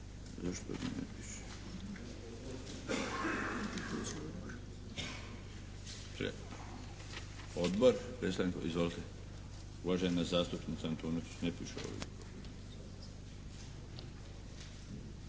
prijedlog? Ne. Odbor, predstavnik, izvolite. Uvažena zastupnica Antunović. Ne piše ovdje.